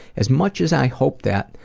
as much as i hoped that,